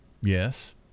Yes